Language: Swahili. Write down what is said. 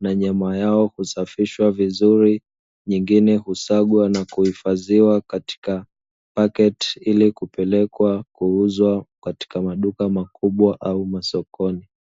na nyama yao kusafishwa vizuri nyingine husagwa na kuhifadhiwa katika pakiti ili kupelekwa kuuzwa katika maduka makubwa au masokoni.